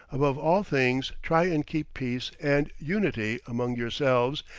above all things, try and keep peace and unity among yourselves,